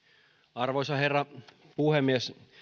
arvoisa herra puhemies